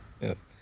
Yes